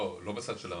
לא, לא בצד של המערכת.